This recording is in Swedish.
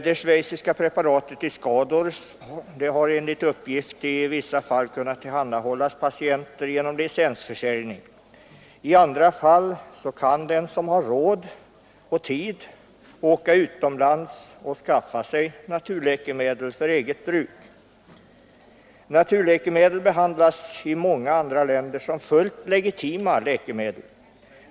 Det schweiziska preparatet Iscador har enligt uppgift i vissa fall kunnat tillhandahållas patienter genom licensförsäljning. I andra fall kan den som har råd och tid åka utomlands och skaffa sig naturläkemedel för eget bruk. Naturläkemedel behandlas i många andra länder som fullt legitima läkemedel.